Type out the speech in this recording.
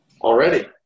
Already